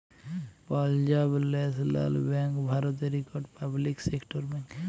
Punjab national bank ভারতের ইকট public sector bank